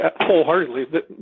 wholeheartedly